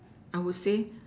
I will say